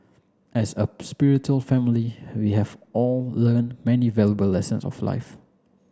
as a spiritual family we have all learn many valuable lessons of life